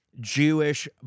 Jewish